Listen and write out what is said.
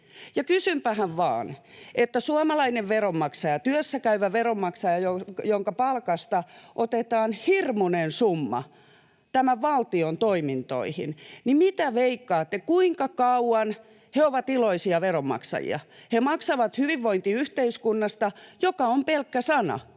kuinka kauan suomalaiset veronmaksajat, työssäkäyvät veronmaksajat — joiden palkasta otetaan hirmuinen summa tämän valtion toimintoihin — ovat iloisia veronmaksajia. He maksavat hyvinvointiyhteiskunnasta, joka on pelkkä sana